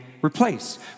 replace